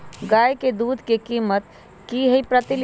गाय के दूध के कीमत की हई प्रति लिटर?